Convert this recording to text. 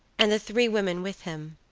and the three women with him,